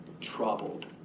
troubled